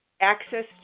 access